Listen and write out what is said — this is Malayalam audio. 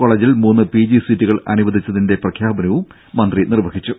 കോളേജിൽ മൂന്ന് പി ജി സീറ്റുകൾ അനുവദിച്ചതിന്റെ പ്രഖ്യാപനവും മന്ത്രി നിർവഹിച്ചു